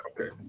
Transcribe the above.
Okay